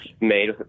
made